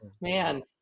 man